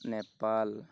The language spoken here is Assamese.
নেপাল